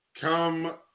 Come